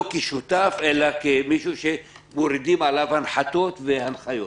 כשותף אלא כמישהו שמורידים עליו הנחתות והנחיות.